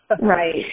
Right